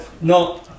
No